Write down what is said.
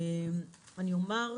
אני אומר,